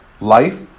life